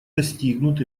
достигнут